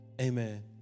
Amen